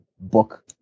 book